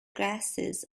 gases